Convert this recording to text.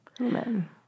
Amen